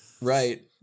Right